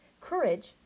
courage